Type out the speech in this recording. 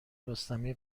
رستمی